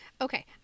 okay